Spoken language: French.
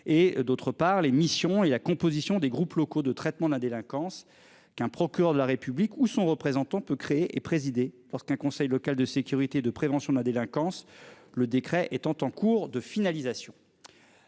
et d'autre part les missions et la composition des groupes locaux de traitement de la délinquance qu'un procureur de la République ou son représentant peut créer et présider lorsqu'un conseil local de sécurité et de prévention de la délinquance. Le décret étant en cours de finalisation.